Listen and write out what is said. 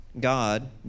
God